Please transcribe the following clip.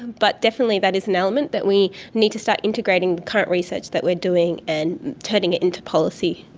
but definitely that is an element that we need to start integrating current research that we are doing and turning it into policy.